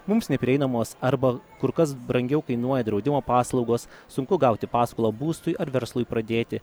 mums neprieinamos arba kur kas brangiau kainuoja draudimo paslaugos sunku gauti paskolą būstui ar verslui pradėti